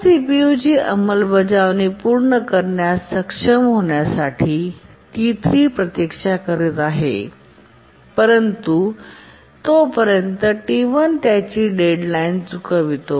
T1 सीपीयूची अंमलबजावणी पूर्ण करण्यास सक्षम होण्यासाठी T3 प्रतीक्षा करत आहे परंतु तोपर्यंत T1 त्याची डेड लाईन चुकवितो